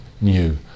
new